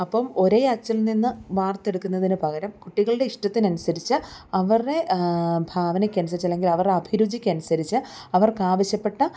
അപ്പം ഒരേ അച്ചിൽ നിന്ന് വാർത്ത് എടുക്കുന്നതിന് പകരം കുട്ടികളുടെ ഇഷ്ടത്തിന് അനുസരിച്ച് അവരുടെ ഭാവനയ്ക്ക് അനുസരിച്ച് അല്ലെങ്കിൽ അവരെ അഭിരുചിക്ക് അനുസരിച്ച് അവർക്ക് ആവശ്യപ്പെട്ട